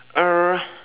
uh